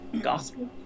Gospel